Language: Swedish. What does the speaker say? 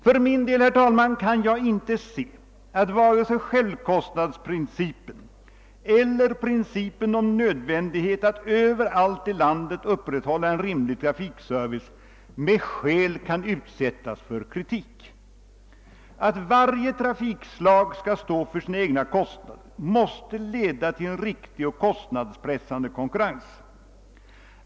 För min del kan jag inte se att vare sig självkostnadsprincipen eller principen om nödvändigheten att överallt i landet upprätthålla en rimlig trafikservice med skäl kan utsättas för kritik. Att varje trafikslag skall stå för sina egna kostnader måste leda till en riktig och kostnadspressande konkurrens.